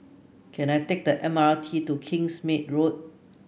can I take the M R T to Kingsmead Road